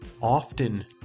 often